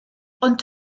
ond